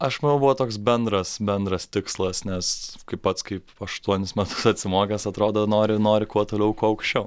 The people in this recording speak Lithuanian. aš manau buvo toks bendras bendras tikslas nes kai pats kaip aštuonis metus atsimokęs atrodo nori nori kuo toliau kuo aukščiau